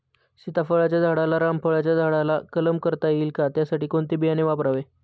सीताफळाच्या झाडाला रामफळाच्या झाडाचा कलम करता येईल का, त्यासाठी कोणते बियाणे वापरावे?